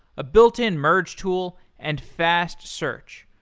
a built-in merge tool, and fast search.